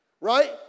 right